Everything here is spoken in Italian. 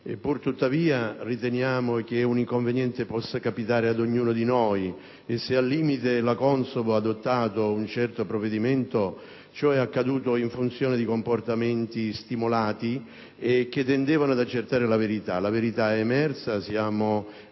Pur tuttavia, riteniamo che un inconveniente possa capitare ad ognuno di noi e se, al limite, la CONSOB ha adottato un certo provvedimento, ciò è accaduto in funzione di comportamenti stimolati e che tendevano ad accertare la verità. La verità è emersa. Siamo contenti